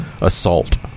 Assault